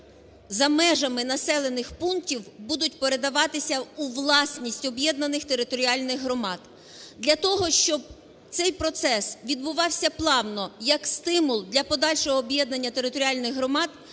за межами населених пунктів будуть передаватися у власність об'єднаних територіальних громад. Для того, щоб цей процес відбувався плавно, як стимул для подальшого об'єднання територіальних громад,